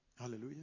Hallelujah